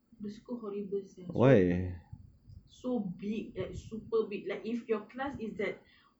the school is horrible sia so so big like super big like if your class is at